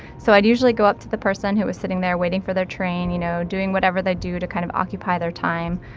so i'd usually go up to the person who was sitting there waiting for their train, you know, doing whatever they do to kind of occupy their time.